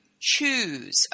choose